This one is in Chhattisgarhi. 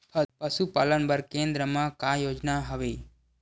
पशुपालन बर केन्द्र म का योजना हवे?